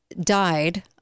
died